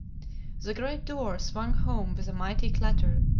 the great door swung home with a mighty clatter,